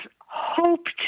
hoped